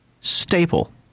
staple